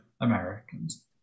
Americans